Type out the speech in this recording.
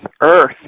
Earth